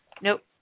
Nope